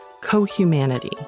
co-humanity